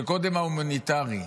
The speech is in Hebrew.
שקודם ההומניטרי.